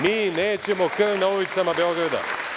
Mi nećemo krv na ulicama Beograda.